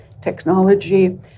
technology